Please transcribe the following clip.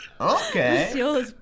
Okay